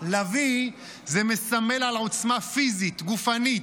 לביא זה מסמל על עוצמה פיזית, גופנית,